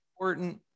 important